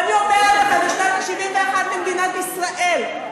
ואני אומרת לכם: בשנת ה-71 למדינת ישראל,